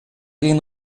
gehen